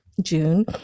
June